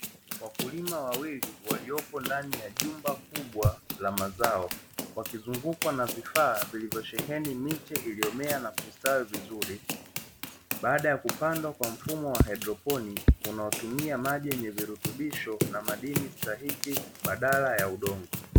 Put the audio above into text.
Wakulima wawili wakiwa ndani ya jumba kubwa la mazao, wakizungukwa na vifaa vilivyo zingukwa na miche iliyomea na kustawi vizuri baada ya kupandwa kwa mfumo wa hidroponiki unaotumia maji yenye virutubisho na madini stahiki badala ya udongo.